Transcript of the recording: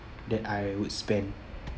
that I would spend